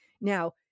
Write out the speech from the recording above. Now